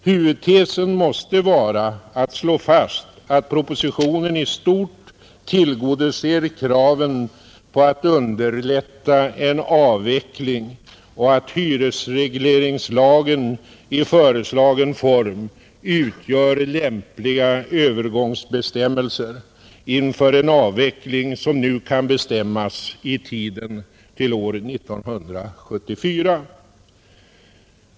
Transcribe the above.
Huvudtesen måste vara att slå fast att propositionen i stort tillgodoser kraven på att underlätta en avveckling och att hyresregleringslagen i föreslagen form utgör lämpliga övergångsbestämmelser inför en avveckling som nu kan bestämmas i tiden till år 1974.